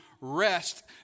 rest